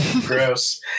Gross